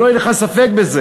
שלא יהיה לך ספק בזה.